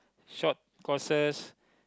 short courses